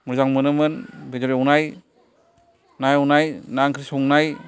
मोजां मोनोमोन बेदर एवनाय ना एवनाय ना ओंख्रि संनाय